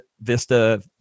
Vista